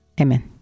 Amen